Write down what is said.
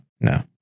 no